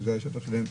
שזה השטח שלהם,